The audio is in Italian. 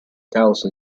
causa